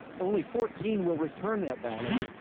only fourteen will return that ballot.